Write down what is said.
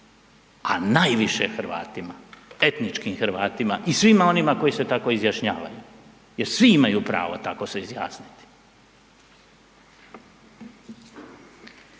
a najviše Hrvatima, etničkim Hrvatima i svima onima koji se tako izjašnjavaju jer svi imaju pravo tako se izjasniti.